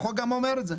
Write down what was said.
החוק גם אומר את זה.